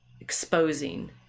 exposing